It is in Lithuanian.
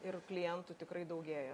ir klientų tikrai daugėja